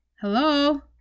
Hello